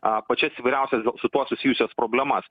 a pačias įvairiausias gal su tuo susijusias problemas